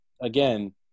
again